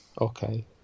Okay